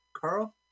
Carl